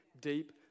deep